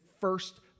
first